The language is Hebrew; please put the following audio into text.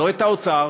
לא את האוצר,